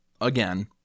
again